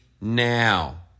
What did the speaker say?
now